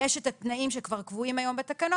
יש את התנאים שכבר קבועים היום בתקנות,